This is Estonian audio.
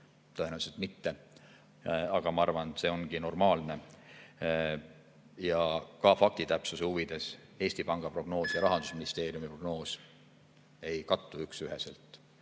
Tõenäoliselt mitte. Aga ma arvan, et see ongi normaalne. Ja jälle fakti täpsuse huvides: Eesti Panga prognoos ja Rahandusministeeriumi prognoos ei kattu üksüheselt.